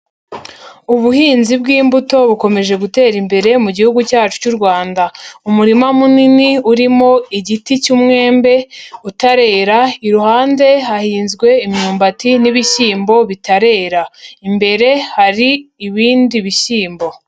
Ubuhinzi bw'imbuto bukomeje gutera imbere mu gihugu cyacu cy'u Rwanda. Umurima munini urimo igiti cy'umwembe, utarera, iruhande hahinzwe imyumbati n'ibishyimbo bitarera. Imbere hari ibindi bishyimbo.